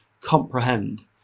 comprehend